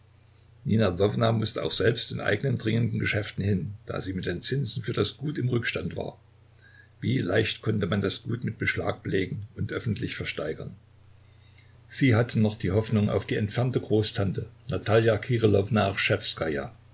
mußte auch selbst in eigenen dringenden geschäften hin da sie mit den zinsen für das gut im rückstand war wie leicht konnte man das gut mit beschlag belegen und öffentlich versteigern sie hatten noch die hoffnung auf die entfernte großtante natalja